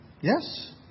Yes